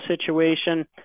situation